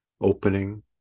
opening